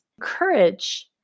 Courage